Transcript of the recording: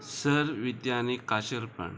sir विद्यानी खाशेलपण